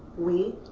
we.